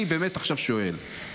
אני באמת עכשיו שואל,